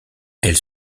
elle